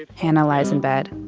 hana lies in bed.